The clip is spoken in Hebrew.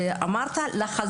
צריך להפוך את התחום הזה לפרופסיה,